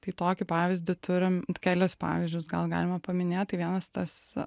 tai tokį pavyzdį turim kelis pavyzdžius gal galima paminėt tai vienas tas